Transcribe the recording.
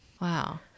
Wow